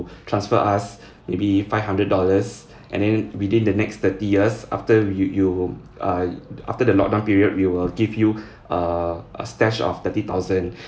transfer us maybe five hundred dollars and then within the next thirty years after you you uh after the lock down period we will give you uh a stash of thirty thousand